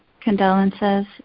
condolences